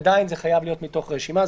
עדיין זה חייב להיות מתוך הרשימה.